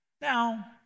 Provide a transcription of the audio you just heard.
Now